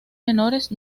menores